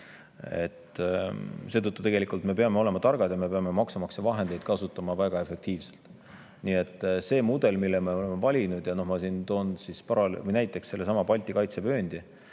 ka maja nime all. Me peame olema targad ja me peame maksumaksja vahendeid kasutama väga efektiivselt. See mudel, mille me oleme valinud – ma toon siin näiteks sellesama Balti kaitsevööndi.